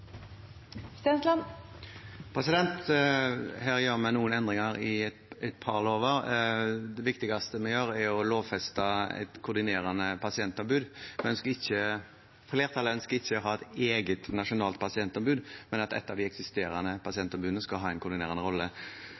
anses vedtatt. Her gjør vi noen endringer i et par lover. Det viktigste vi gjør, er å lovfeste et koordinerende pasientombud. Flertallet ønsker ikke å ha et eget nasjonalt pasientombud, men at et av de eksisterende pasientombudene skal ha en koordinerende rolle.